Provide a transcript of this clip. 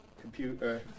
computer